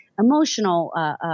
emotional